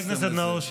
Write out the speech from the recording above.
חבר הכנסת נאור שירי.